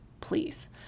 please